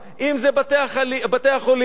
אם בתי-החולים,